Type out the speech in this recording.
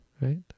right